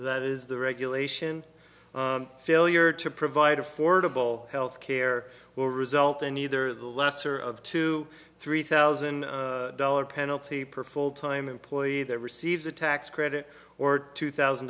that is the regulation failure to provide affordable health care will result in either the lesser of two three thousand dollars penalty perform time employee that receives a tax credit or two thousand